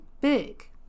big